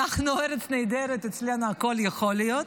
אנחנו ארץ נהדרת, אצלנו הכול יכול להיות.